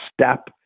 step